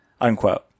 Unquote